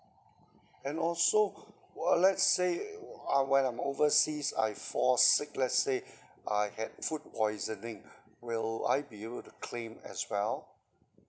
and also wh~ let's say w~ when I'm overseas I've fall sick let's say I had food poisoning will I be able to claim as well